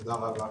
תודה רבה.